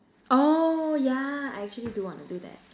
oh yeah I actually do want to do that